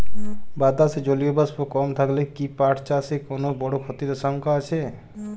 বাতাসে জলীয় বাষ্প কম থাকলে কি পাট চাষে কোনো বড় ক্ষতির আশঙ্কা আছে?